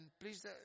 please